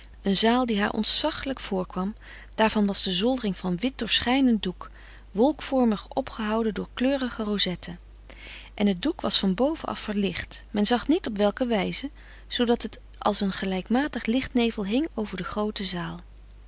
een zaal die haar ontzachlijk voorkwam daarvan was de zoldering van frederik van eeden van de koele meren des doods wit doorschijnend doek wolk vormig opgehouden door kleurige rozetten en het doek was van boven af verlicht men zag niet op welke wijze zoodat het als een gelijkmatige lichtnevel hing over de groote zaal